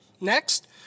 next